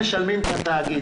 הם משלמים את התאגיד.